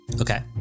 Okay